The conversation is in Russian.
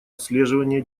отслеживания